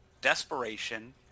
Desperation